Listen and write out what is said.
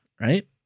right